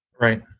Right